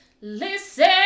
Listen